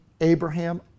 Abraham